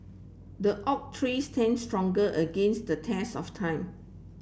the oak tree stand strong against the test of time